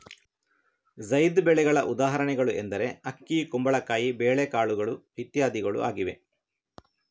ಝೈದ್ ಬೆಳೆಗಳ ಉದಾಹರಣೆಗಳು ಎಂದರೆ ಅಕ್ಕಿ, ಕುಂಬಳಕಾಯಿ, ಬೇಳೆಕಾಳುಗಳು ಇತ್ಯಾದಿಗಳು ಆಗಿವೆ